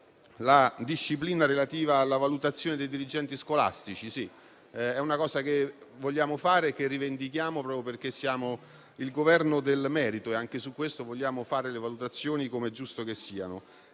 la disciplina relativa alla valutazione dei dirigenti scolastici: è qualcosa che vogliamo fare e che rivendichiamo proprio perché siamo il Governo del merito e anche su questo vogliamo fare le nostre valutazioni come è giusto che sia,